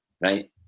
right